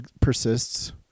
persists